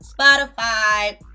spotify